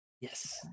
Yes